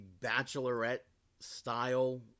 Bachelorette-style